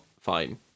fine